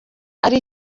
ari